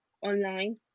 online